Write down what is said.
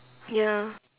ya